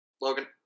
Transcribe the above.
Logan